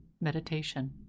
meditation